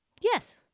Yes